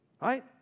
Right